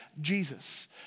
Jesus